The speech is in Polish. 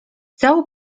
całą